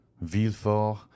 Villefort